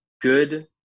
good